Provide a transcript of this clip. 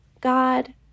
God